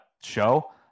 show